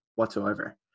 Whatsoever